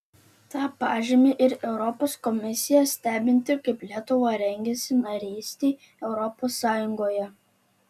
tą pažymi ir europos komisija stebinti kaip lietuva rengiasi narystei europos sąjungoje